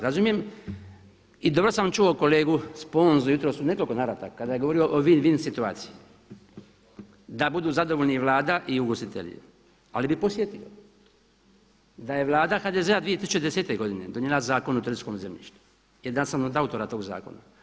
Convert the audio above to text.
Razumijem i dobro sam čuo kolegu Sponzu jutros u nekoliko navrata kada je govorio o win-win situaciji, da budu zadovoljni i Vlada i ugostitelji ali bih podsjetio da je Vlada HDZ-a 2010. godine donijela Zakona o turističkom zemljištu, jedan sam od autora toga zakona.